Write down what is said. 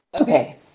okay